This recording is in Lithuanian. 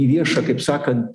į viešą kaip sakant